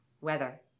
weather